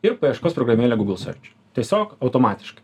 ir paieškos programėlę gūgl sėrč tiesiog automatiškai